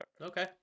Okay